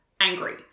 angry